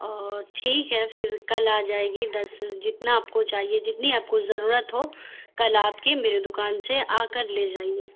او ٹھیک ہے پھر کل آجائے گی دس جتنا آپ کو چاہیے جتنی آپ کو ضرورت ہو کل آپ کی میرے دوکان سے آکر لے جائیے